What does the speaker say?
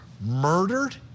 murdered